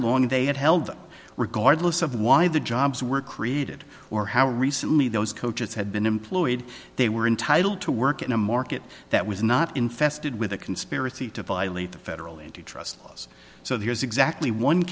long they had held regardless of why the jobs were created or how recently those coaches had been employed they were entitled to work in a market that was not infested with a conspiracy to violate the federal antitrust laws so there's exactly one